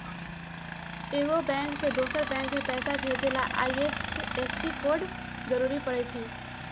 एगो बैंक से दोसर बैंक मे पैसा भेजे ला आई.एफ.एस.सी कोड जरूरी परई छई